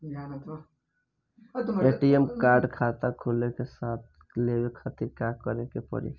ATM card खाता खुले के साथे साथ लेवे खातिर का करे के पड़ी?